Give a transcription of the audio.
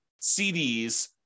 CDs